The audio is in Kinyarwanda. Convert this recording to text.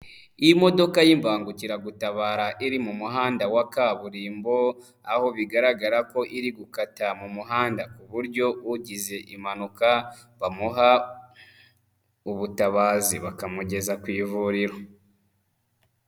Iyi modoka y'imbangukiragutabara iri mu muhanda wa kaburimbo, aho bigaragara ko iri gukata mu muhanda ku buryo ugize impanuka bamuha ubutabazi bakamugeza ku ivuriro.